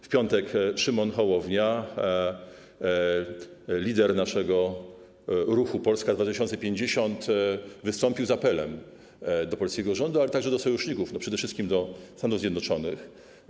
W piątek Szymon Hołownia, lider naszego ruchu Polska 2050, wystąpił z apelem do polskiego rządu, ale także do sojuszników, a przede wszystkim do Stanów Zjednoczonych.